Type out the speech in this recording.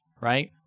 right